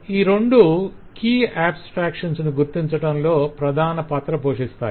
ఈ రెండూ కీ అబ్సట్రాక్షన్స్ ను గుర్తించటంలో ప్రధాన పాత్ర పోషిస్తాయి